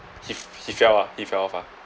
he he fell ah he fell off ah